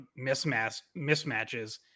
mismatches